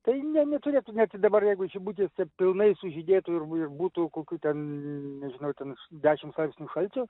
tai ne neturėtų net ir dabar jeigu žibutės ir pilnai sužydėtų ir bū būtų kokių ten nežinau ten dešims laipsnių šalčio